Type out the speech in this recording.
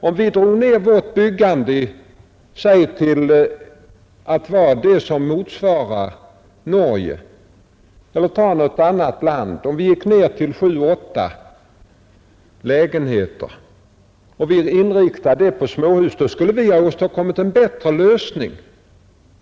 Om vi drog ner vårt byggande till att motsvara Norges eller något annat lands, om vi gick ner till 7 å 8 lägenheter och antalsmässigt höll uppe byggandet av småhus, så skulle vi ha åstadkommit en bättre lösning!